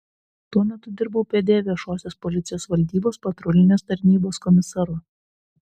tuo metu dirbau pd viešosios policijos valdybos patrulinės tarnybos komisaru